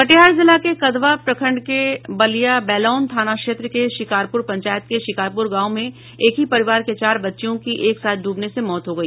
कटिहार जिला के कदवा प्रखंड के बलिया बेलौन थाना क्षेत्र के शिकारपुर पंचायत के शिकारपुर गांव में एक ही परिवार के चार बच्चियों की एक साथ डूबने से मौत हो गई